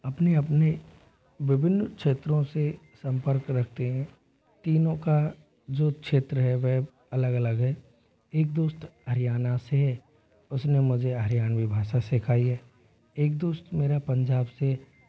अपने अपने विभिन्न क्षेत्रों से संपर्क रखते हैं तीनों का जो क्षेत्र है वह अलग अलग है एक दोस्त हरियाणा से है उसने मुझे हरियाणवी भाषा सिखाई है एक दोस्त मेरा पंजाब से